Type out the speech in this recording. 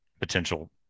potential